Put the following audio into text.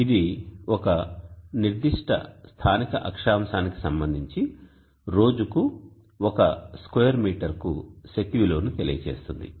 ఇది ఒక నిర్దిష్ట స్థానిక అక్షాంశానికి కి సంబంధించి రోజుకు ఒక స్క్వేర్ మీటర్ కు శక్తి విలువ ను తెలియజేస్తుంది